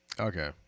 Okay